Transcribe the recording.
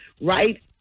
right